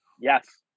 Yes